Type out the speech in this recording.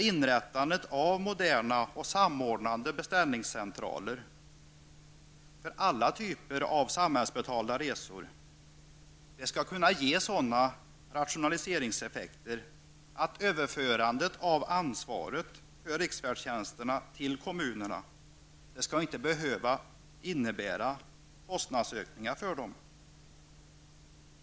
Inrättandet av moderna och samordnande beställningscentraler för alla typer av samhällsbetalda resor skall kunna ge sådana rationaliseringseffekter att överförandet av ansvaret för riksfärdtjänsten till kommunerna inte skall behöva innebära kostnadsökningar för dem.